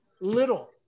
little